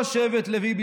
שבט לוי,